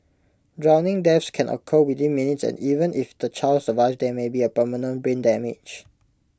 drowning deaths can occur within minutes and even if the child survives there may be permanent brain damage